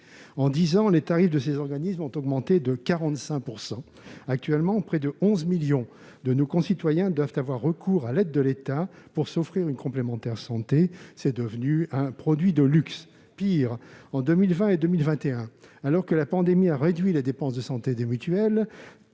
En dix ans, les tarifs de ces organismes ont augmenté de 45 %. Actuellement, près de 11 millions de nos concitoyens doivent avoir recours à l'aide de l'État pour s'offrir une complémentaire santé. C'est devenu un produit de luxe. Pire, en 2020 et 2021, alors que la pandémie a réduit les dépenses de santé des mutuelles